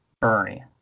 Bernie